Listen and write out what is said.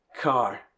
car